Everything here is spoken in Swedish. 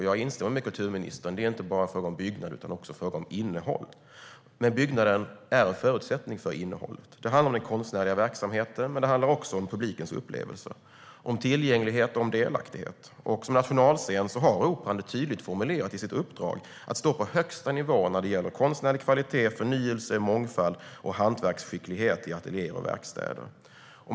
Jag instämmer i det som kulturministern sa. Det är inte bara en fråga om en byggnad utan också en fråga om innehåll. Men byggnaden är en förutsättning för innehållet. Det handlar om den konstnärliga verksamheten men också om publikens upplevelser, om tillgänglighet och om delaktighet. Som nationalscen har Kungliga Operan det tydligt formulerat i sitt uppdrag att stå på högsta nivå när det gäller konstnärlig kvalitet, förnyelse, mångfald och hantverksskicklighet i ateljéer och verkstäder.